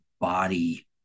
body